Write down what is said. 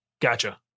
gotcha